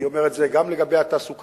ואני אומר את זה גם לגבי התעסוקה.